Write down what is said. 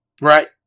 Right